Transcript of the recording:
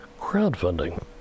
crowdfunding